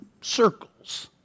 circles